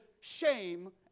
shame